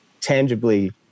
tangibly